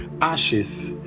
ashes